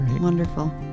Wonderful